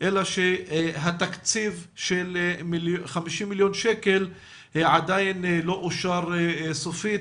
אלא שהתקציב של 50 מלש"ח עדיין לא אושר סופית,